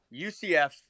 UCF